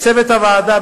לצוות הוועדה,